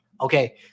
Okay